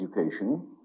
education